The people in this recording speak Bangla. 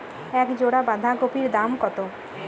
এক জোড়া বাঁধাকপির দাম কত?